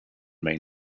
main